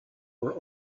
were